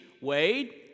Wade